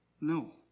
No